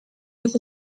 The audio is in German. doch